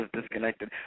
disconnected